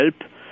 help